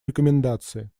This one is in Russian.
рекомендации